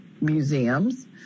museums